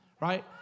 Right